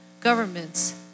governments